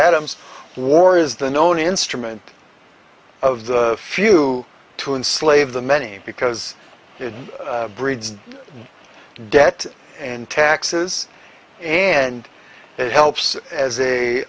adams war is the known instrument of the few to enslave the many because it breeds debt and taxes and it helps as a